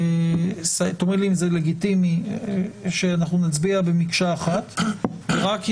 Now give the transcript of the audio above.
חד-פעמיים מפלסטיק לחופים שיוכרזו כחופים